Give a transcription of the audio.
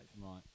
Right